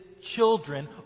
children